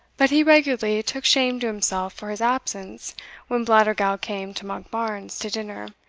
but he regularly took shame to himself for his absence when blattergowl came to monkbarns to dinner,